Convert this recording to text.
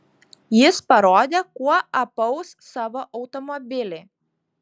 jis parodė kuo apaus savo automobilį